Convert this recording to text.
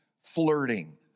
flirting